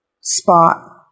spot